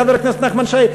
חבר הכנסת נחמן שי,